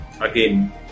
again